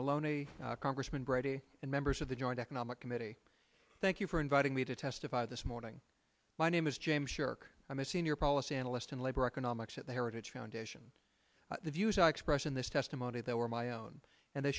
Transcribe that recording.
maloney congressman brady and members of the joint economic committee thank you for inviting me to testify this morning my name is james sherk i'm a senior policy analyst in labor economics at the heritage foundation the views expressed in this testimony that were my own and th